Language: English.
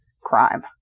crime